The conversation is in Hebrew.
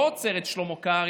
לא עוצר את שלמה קרעי,